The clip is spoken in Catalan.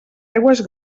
aigües